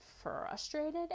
frustrated